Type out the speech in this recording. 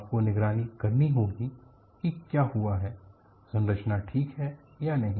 आपको निगरानी करनी होगी कि क्या हुआ है संरचना ठीक है या नहीं